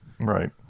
Right